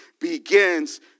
begins